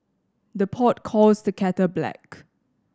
the pot calls the kettle black